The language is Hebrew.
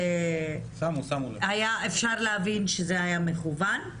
היה אפשר להבין שזה היה מכוון,